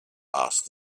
asked